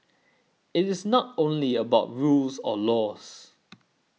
it is not only about rules or laws